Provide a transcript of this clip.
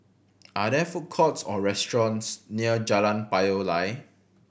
are there food courts or restaurants near Jalan Payoh Lai